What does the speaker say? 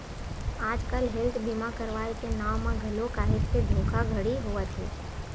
आजकल हेल्थ बीमा करवाय के नांव म घलो काहेच के धोखाघड़ी होवत हे